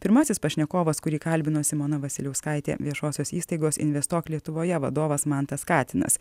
pirmasis pašnekovas kurį kalbino simona vasiliauskaitė viešosios įstaigos investuok lietuvoje vadovas mantas katinas